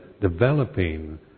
developing